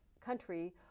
country